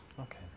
Okay